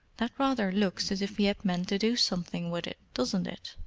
that rather looks as if he had meant to do something with it, doesn't it?